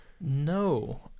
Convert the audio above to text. No